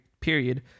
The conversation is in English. period